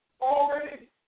already